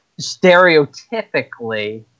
stereotypically